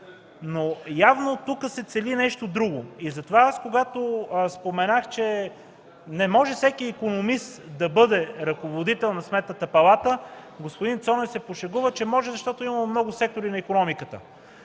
Явно тук се цели нещо друго. Затова когато споменах, че не може всеки икономист да бъде ръководител на Сметната палата, господин Цонев се пошегува, че може, защото имало много сектори на икономиката.